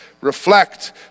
reflect